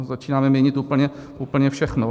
Začínáme měnit úplně, úplně všechno.